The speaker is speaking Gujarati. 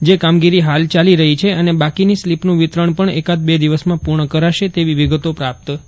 જે કામગીરી હાલ ચાલી રહી છે અને બાકીનું વિતરણ પણ એકાદ બે દિવસમાં પૂર્ણ કરાશે તેવી વિગતો પ્રાપ્ત થઇ હતી